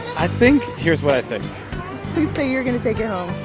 i think here's what i think please say you're going to take it home